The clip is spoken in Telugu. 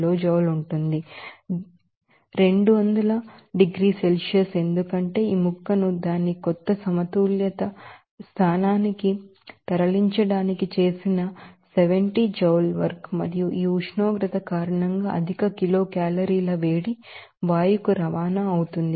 85 kilojoule ఉంటుంది 200 డిగ్రీల సెల్సియస్ ఎందుకంటే ఈ ముక్కను దాని కొత్త ఈక్విలిబ్రియం పోసిషన్ కి తరలించడానికి చేసిన 70 joule work మరియు ఈ ఉష్ణోగ్రత కారణంగా అధిక kilocalorie ల వేడి వాయువుకు రవాణా అవుతుంది